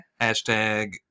Hashtag